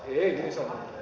kyllä